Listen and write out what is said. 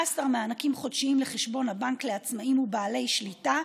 מענקים חודשיים לחשבון הבנק לעצמאים ולבעלי שליטה.